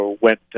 went